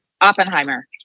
oppenheimer